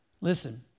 Listen